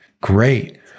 great